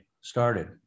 started